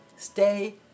Stay